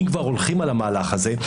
אם כבר הולכים על המהלך הזה,